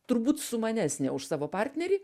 turbūt sumanesnė už savo partnerį